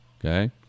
Okay